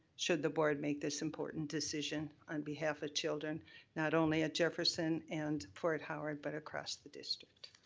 should the board make this important decision on behalf of children not only at jefferson and fort howard, but across the district.